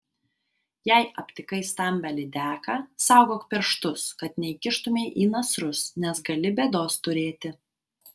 jei aptikai stambią lydeką saugok pirštus kad neįkištumei į nasrus nes gali bėdos turėti